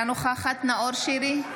אינה נוכחת נאור שירי,